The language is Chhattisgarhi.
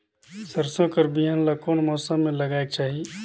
सरसो कर बिहान ला कोन मौसम मे लगायेक चाही?